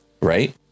right